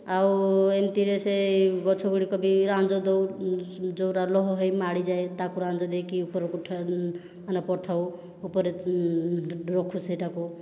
ଆଉ ଏମିତିରେ ସେ ଗଛଗୁଡ଼ିକ ବି ରାଞ୍ଜ ଦେଉ ଯେଉଁଟା ଲହ ହୋଇ ମାଡ଼ିଯାଏ ତାକୁ ରାଞ୍ଜ ଦେଇକି ଉପରକୁ ଉଠେ ମାନେ ପଠାଉ ଉପରେ ରଖୁ ସେଇଟାକୁ